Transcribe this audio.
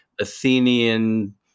Athenian